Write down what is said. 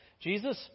Jesus